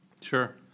Sure